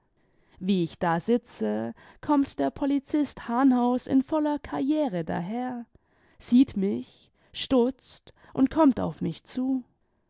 wie ich da sitze kommt der polizist hahnhaus in voller karriere daher sieht mich stutzt und kommt auf mich zu